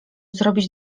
zrobić